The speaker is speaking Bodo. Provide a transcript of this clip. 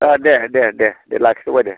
ओ दे दे दे दे लाखिथ'बाय दे